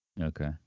Okay